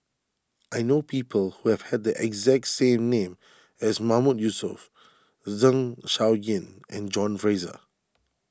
I know people who have had the exact same name as Mahmood Yusof Zeng Shouyin and John Fraser